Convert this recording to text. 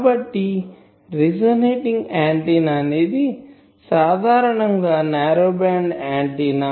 కాబట్టి resonant antenna అనేది సాధారణముగా నారో బ్యాండ్ ఆంటిన్నా